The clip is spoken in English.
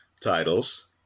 titles